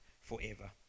forever